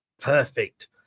Perfect